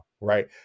right